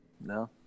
No